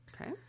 Okay